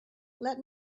let